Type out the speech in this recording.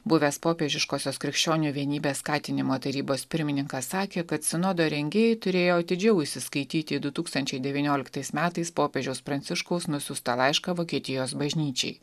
buvęs popiežiškosios krikščionių vienybės skatinimo tarybos pirmininkas sakė kad sinodo rengėjai turėjo atidžiau įsiskaityti į du tūkstančiai devynioliktais metais popiežiaus pranciškaus nusiųstą laišką vokietijos bažnyčiai